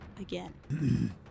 again